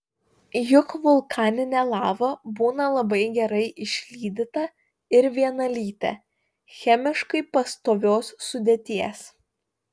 juk vulkaninė lava būna labai gerai išlydyta ir vienalytė chemiškai pastovios sudėties